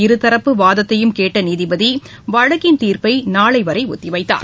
இருதரப்பு வாதத்தையும் கேட்ட நீதிபதி வழக்கின் தீர்ப்பை நாளை வரை ஒத்திவைத்தார்